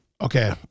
Okay